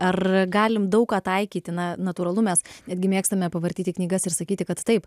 ar galim daug ką taikyti na natūralu mes netgi mėgstame pavartyti knygas ir sakyti kad taip